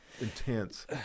intense